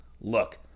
Look